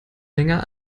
länger